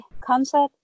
concert